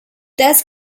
this